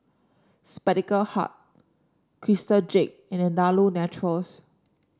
Spectacle Hut Crystal Jade and Andalou Naturals